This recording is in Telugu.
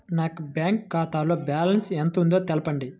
నా యొక్క బ్యాంక్ ఖాతాలో బ్యాలెన్స్ ఎంత ఉందో తెలపండి?